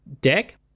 deck